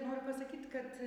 noriu pasakyti kad